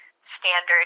standard